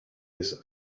his